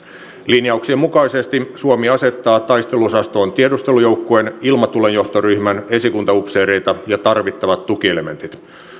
linjauksien mukaisesti suomi asettaa taisteluosastoon tiedustelujoukkueen ilmatulenjohtoryhmän esikuntaupseereita ja tarvittavat tukielementit